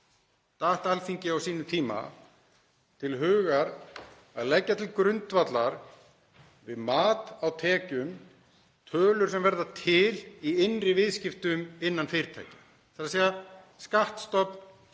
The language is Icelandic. datt Alþingi á sínum tíma í hug að leggja til grundvallar, við mat á tekjum, tölur sem verða til í innri viðskiptum innan fyrirtækja, þ.e. skattstofn